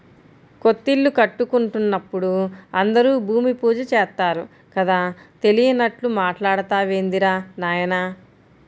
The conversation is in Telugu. కొత్తిల్లు కట్టుకుంటున్నప్పుడు అందరూ భూమి పూజ చేత్తారు కదా, తెలియనట్లు మాట్టాడతావేందిరా నాయనా